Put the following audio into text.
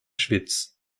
schwyz